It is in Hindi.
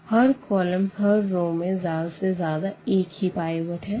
हर कॉलम हर रो में ज्यादा से ज्यादा एक ही पाइवट है